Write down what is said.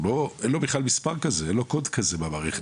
אין לו קוד כזה במערכת.